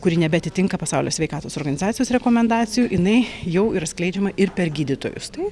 kuri nebeatitinka pasaulio sveikatos organizacijos rekomendacijų jinai jau ir skleidžiama ir per gydytojus tai